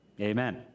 amen